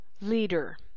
leader